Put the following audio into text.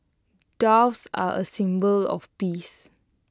doves are A symbol of peace